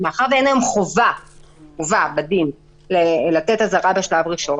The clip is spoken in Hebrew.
היום חובה בדין לתת אזהרה בשלב הראשון,